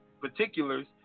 particulars